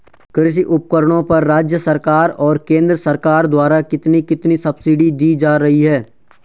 कृषि उपकरणों पर राज्य सरकार और केंद्र सरकार द्वारा कितनी कितनी सब्सिडी दी जा रही है?